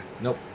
Nope